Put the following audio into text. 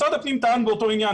משרד הפנים טען באותו עניין,